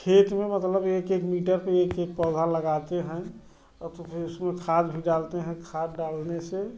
खेत में मतलब एक एक मीटर पर एक एक पौधा लगाते हैं और तो फ़िर उसमें खाद भी डालते हैं खाद डालने से